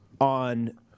on